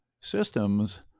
systems